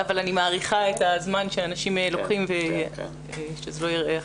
-- אבל אני מעריכה את הזמן שאנשים לוקחים ושזה לא ייראה אחרת.